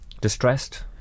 distressed